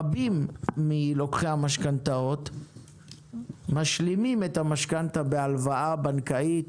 רבים מלוקחי המשכנתאות משלימים את המשכנתה בהלוואה בנקאית